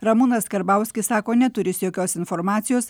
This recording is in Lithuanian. ramūnas karbauskis sako neturįs jokios informacijos